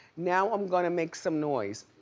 now i'm gonna make some noise.